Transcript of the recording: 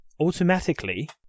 automatically